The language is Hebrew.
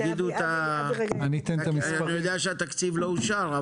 אני יודע שהתקציב לא אושר,